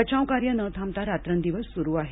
बचाव कार्य न थांबता रात्रंदिवस सुरू आहे